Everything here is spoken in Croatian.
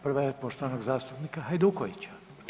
Prva je poštovanog zastupnika Hajdukovića.